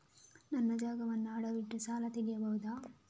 ನನ್ನ ಜಾಗವನ್ನು ಅಡವಿಟ್ಟು ಸಾಲ ತೆಗೆಯಬಹುದ?